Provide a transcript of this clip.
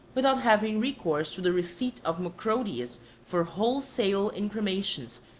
without having recourse to the receipt of mocrodius for wholesale incremations,